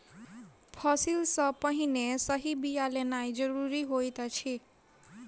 फसिल सॅ पहिने सही बिया लेनाइ ज़रूरी होइत अछि